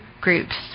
groups